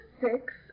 six